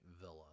villa